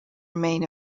remain